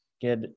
get